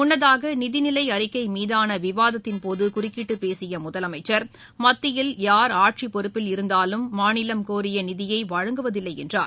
முன்னதாக நிதிநிலை அறிக்கை மீதான விவாதத்தின் போது குறுக்கிட்டு பேசிய முதலமைச்சர் மத்தியில் யார் ஆட்சிப் பொறுப்பில் இருந்தாலும் மாநிலம் கோரிய நிதியை வழங்குவதில்லை என்றார்